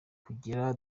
kugira